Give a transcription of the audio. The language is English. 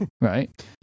Right